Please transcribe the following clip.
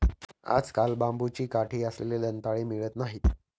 आजकाल बांबूची काठी असलेले दंताळे मिळत नाहीत